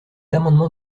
amendement